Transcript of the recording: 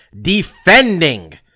defending